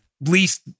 least